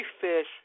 fish